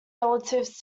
relatives